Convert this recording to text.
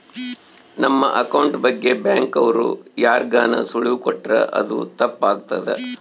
ನಮ್ ಅಕೌಂಟ್ ಬಗ್ಗೆ ಬ್ಯಾಂಕ್ ಅವ್ರು ಯಾರ್ಗಾನ ಸುಳಿವು ಕೊಟ್ರ ಅದು ತಪ್ ಆಗ್ತದ